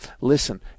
listen